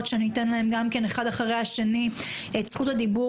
מקומיות שאתן להם גם כן את רשות הדיבור,